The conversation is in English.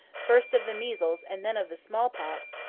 first of the measles and then of the small-pox,